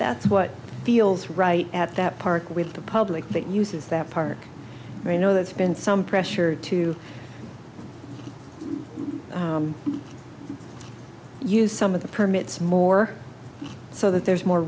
that's what feels right at that park with the public that uses that park you know there's been some pressure to use some of the permits more so that there's more